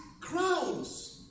crowns